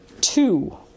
two